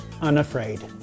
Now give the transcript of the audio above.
Unafraid